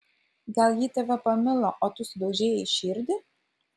gal ji tave pamilo o tu sudaužei jai širdį